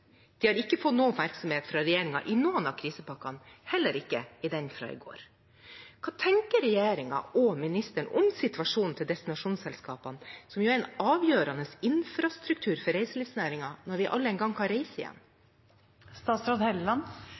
De har ikke fått noen oppmerksomhet av regjeringen i noen av krisepakkene, heller ikke i den fra i går. Hva tenker regjeringen og ministeren om situasjonen til destinasjonsselskapene, som jo er en avgjørende infrastruktur for reiselivsnæringen når vi alle en gang kan reise igjen?